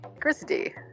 Christy